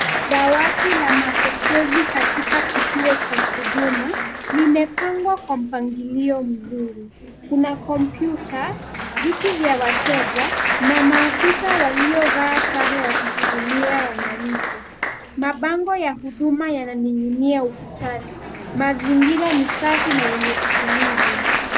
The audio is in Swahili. Dawati la mapokezi katika kituo cha huduma, lime pangwa kwa mpangilio mzuri. Kuna computer , viti vya wateja, na maafisa waliovaa sare wa kihudumia wananchi. Mabango ya huduma yananing'inia ukutani, mazingira ni safi na yenye utulivu.